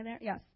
Yes